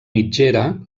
mitgera